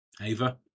Ava